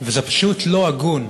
וזה פשוט לא הגון.